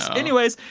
anyways,